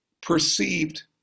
perceived